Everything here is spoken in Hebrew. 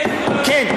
כן.